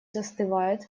застывает